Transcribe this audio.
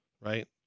right